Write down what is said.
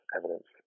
evidence